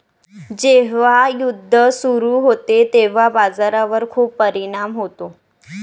जेव्हा युद्ध सुरू होते तेव्हा बाजारावर खूप परिणाम होतो